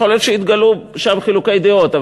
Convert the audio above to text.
יכול להיות שיתגלעו שם חילוקי דעות,